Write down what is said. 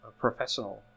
professional